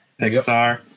Pixar